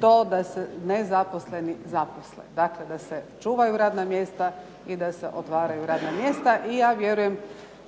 to da se nezaposleni zaposle, dakle da se čuvaju radna mjesta i da se otvaraju radna mjesta. I ja vjerujem